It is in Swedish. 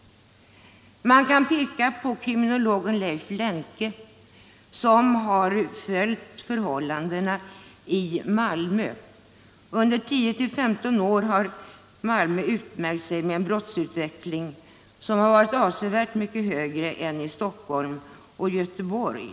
Kriminologen Leif Lemke har följt förhållandena i Malmö. Under 10-15 år har Malmö haft en brottsutveckling som varit avsevärt högre än i Stockholm och Göteborg.